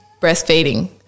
breastfeeding